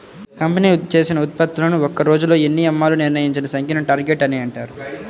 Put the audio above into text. company చేసిన ఉత్పత్తులను ఒక్క రోజులో ఎన్ని అమ్మాలో నిర్ణయించిన సంఖ్యను టార్గెట్ అని అంటారు